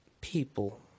People